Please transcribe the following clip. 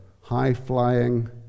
high-flying